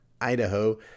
Idaho